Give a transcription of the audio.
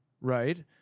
right